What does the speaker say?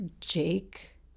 Jake